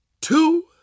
two